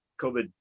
COVID